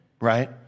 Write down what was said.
right